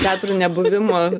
teatrų nebuvimo